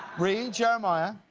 ree, jerimiyah,